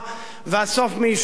והסוף מי ישורנו.